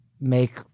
make